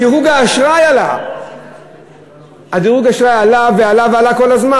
דירוג האשראי עלה ועלה כל הזמן.